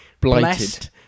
blessed